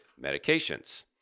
medications